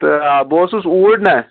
تہٕ بہٕ اوسُس اوٗرۍ نہ